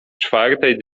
czwartej